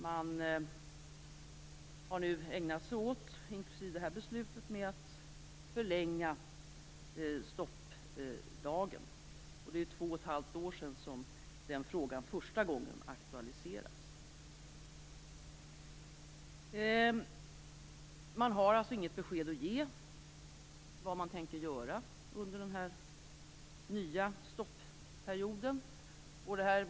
De har, inklusive det här beslutet, ägnat sig åt att förlänga stopplagen. Det är två och ett halvt år sedan den frågan aktualiserades första gången. De har alltså inget besked att ge om vad de tänker göra under den här nya stopperioden.